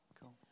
Cool